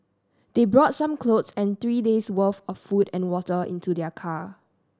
they brought some clothes and three days worth of food and water into their car